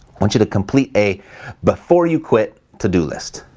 want you to complete a before you quit to do list.